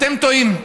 אתם טועים.